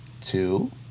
two